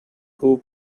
who